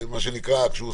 אחרת,